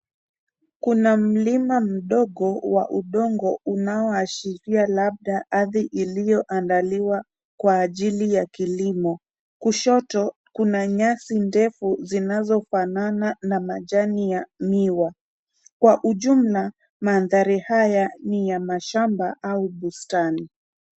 Kuna mlima mdogo wa udongo, unaoashiria labda ardhi iliyoandaliwa kwa ajili ya kilimo. Kushoto, kuna nyasi ndefu zinazofanana na majani ya miwa. Kwa ujumla, mandhari haya ni ya mashamba au bustani.